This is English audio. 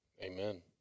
Amen